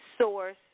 source